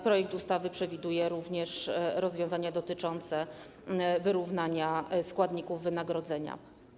Projekt ustawy przewiduje również rozwiązania dotyczące wyrównania składników wynagrodzenia.